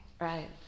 right